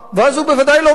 ואז הוא בוודאי לא מרתיע,